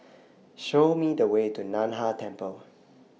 Show Me The Way to NAN Hai Temple